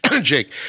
Jake